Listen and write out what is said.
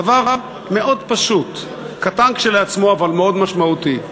דבר מאוד פשוט, קטן כשלעצמו אבל מאוד משמעותי.